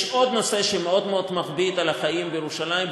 יש עוד נושא שמאוד מאוד מכביד על החיים בירושלים,